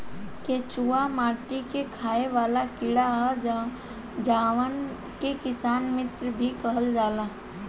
केचुआ माटी में खाएं वाला कीड़ा ह जावना के किसान मित्र भी कहल जाला